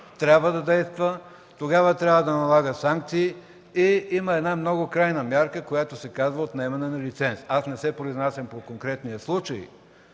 трябва да действа, тогава трябва да налага санкции и има една много крайна мярка, която се казва „отнемане на лиценз”. Не се произнасям по конкретния случай,